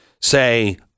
say